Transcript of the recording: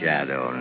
Shadow